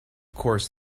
course